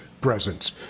presence